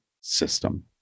system